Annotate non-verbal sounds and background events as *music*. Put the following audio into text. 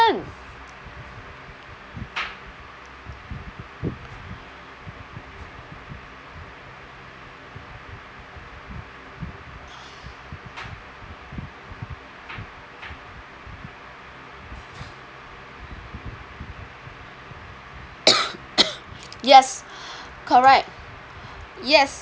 human *coughs* yes correct yes